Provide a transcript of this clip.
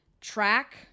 Track